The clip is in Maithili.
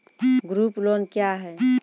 ग्रुप लोन क्या है?